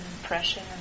impression